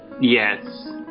Yes